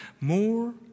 More